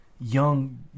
young